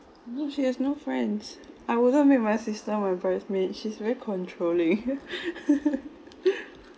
no she has no friends I wouldn't make my sister my bridesmaid she's very controlling